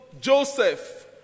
Joseph